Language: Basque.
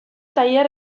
tailer